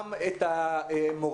גם את המורים,